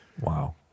Wow